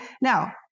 Now